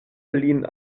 lin